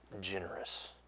generous